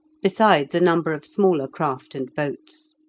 besides a number of smaller craft and boats.